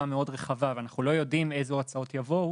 מאוד רחבה ואנחנו לא יודעים איזה הצעות יבואו.